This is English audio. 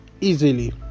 easily